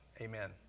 Amen